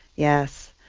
yes.